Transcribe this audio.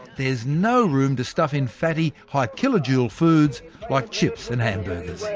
there's no room to stuff in fatty, high kilojoule foods like chips and hamburgers